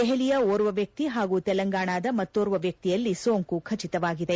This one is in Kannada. ದೆಹಲಿಯ ಓರ್ವ ವ್ಯಕ್ತಿ ಹಾಗೂ ತೆಲಂಗಾಣದ ಮತ್ತೋರ್ವ ವ್ಯಕ್ತಿಯಲ್ಲಿ ಸೋಂಕು ಖಚಿತವಾಗಿದೆ